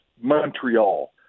Montreal